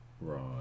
Right